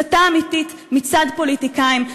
הסתה אמיתית מצד פוליטיקאים,